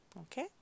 Okay